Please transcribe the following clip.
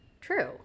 true